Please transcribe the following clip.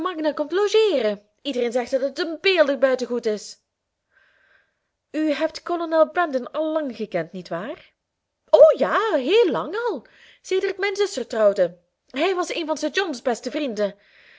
komt logeeren ieder zegt dat het een beeldig buitengoed is u hebt kolonel brandon al lang gekend niet waar o ja heel lang al sedert mijn zuster trouwde hij was een van sir john's beste vrienden